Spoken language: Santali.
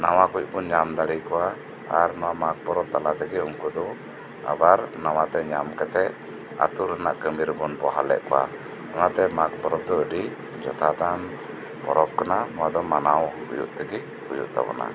ᱱᱟᱣᱟᱠᱩᱡ ᱵᱩᱱ ᱧᱟᱢ ᱫᱟᱲᱮᱭᱟᱠᱩᱣᱟ ᱟᱨ ᱱᱚᱣᱟ ᱢᱟᱜᱽ ᱯᱚᱨᱚᱵᱽ ᱛᱟᱞᱟ ᱛᱮᱜᱤ ᱩᱱᱠᱩ ᱫᱚ ᱟᱵᱟᱨ ᱱᱟᱣᱟ ᱛᱮ ᱧᱟᱢ ᱠᱟᱛᱮᱫ ᱟᱛᱩ ᱨᱮᱱᱟᱜ ᱠᱟᱹᱢᱤ ᱨᱮᱵᱩᱱ ᱵᱚᱦᱟᱞᱮᱫ ᱠᱚᱣᱟ ᱚᱱᱟᱛᱮ ᱢᱟᱜᱽ ᱯᱚᱨᱚᱵᱽ ᱫᱚ ᱟᱹᱰᱤ ᱡᱚᱛᱷᱟᱛᱟᱱ ᱯᱚᱨᱚᱵ ᱠᱟᱱᱟ ᱱᱚᱣᱟ ᱫᱚ ᱢᱟᱱᱟᱣ ᱦᱩᱭᱩᱜ ᱛᱮᱜᱤ ᱦᱩᱭᱩᱜ ᱛᱟᱵᱩᱱᱟ